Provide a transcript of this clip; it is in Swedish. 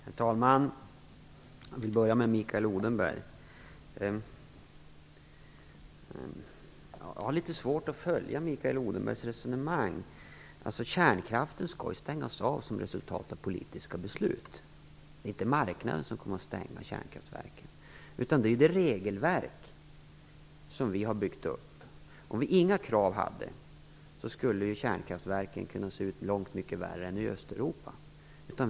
Herr talman! Jag vill börja med att rikta mig till Mikael Odenberg. Jag har litet svårt att följa Mikael Odenbergs resonemang. Kärnkraften skall ju stängas av som ett resultat av politiska beslut. Det är inte marknaden som kommer att stänga kärnkraftverken, utan det är det regelverk som vi har byggt upp. Om vi inga krav hade, skulle kärnkraften kunna se ut långt mycket värre än i Östeuropa.